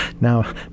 Now